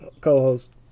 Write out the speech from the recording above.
co-host